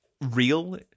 real